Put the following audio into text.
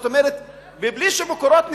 בראשות מנכ"ל המשרד,